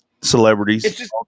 celebrities